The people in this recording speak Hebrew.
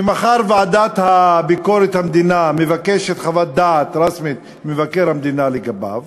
שמחר ועדת ביקורת המדינה מבקשת חוות דעת רשמית ממבקר המדינה לגביו,